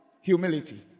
Humility